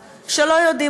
כלומר,